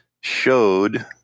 showed